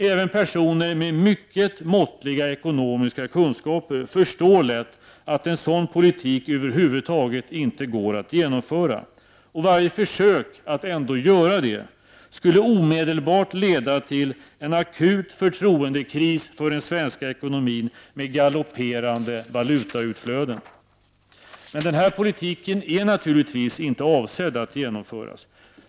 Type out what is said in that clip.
Även personer med mycket måttliga ekonomiska kunskaper förstår lätt att en sådan politik över huvud taget inte går att genomföra. Varje försök att ändå göra detta skulle omedelbart leda till en akut förtroendekris för den svenska ekonomin med galopperande valutautflöde. Denna politik är naturligtvis inte avsedd att genomföras.